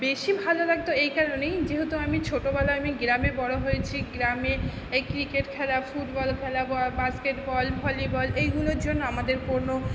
বেশি ভালো লাগতো এই কারণেই যেহতু আমি ছোটোবেলায় আমি গ্রামে বড়ো হয়েছি গ্রামে এই ক্রিকেট খেলা ফুটবল খেলা বা বাস্কেটবল ভলিবল এইগুলোর জন্য আমাদের কোনো